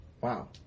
Wow